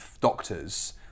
Doctors